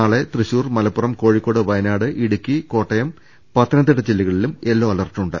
നാളെ തൃശൂർ മലപ്പുറം കോഴി ക്കോട് വയനാട് ഇടുക്കി കോട്ടയം പത്തനംതിട്ട ജില്ല കളിലും യെല്ലോ അലർട്ടുണ്ട്